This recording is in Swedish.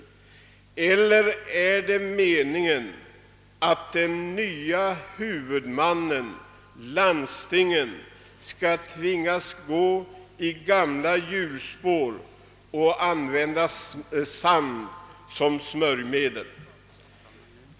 Är det kanske meningen att den nya huvudmannen — landstinget — skall tvingas köra i gamla hjulspår och använda sand som smörjmedel?